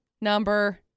number